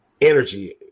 energy